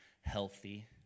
healthy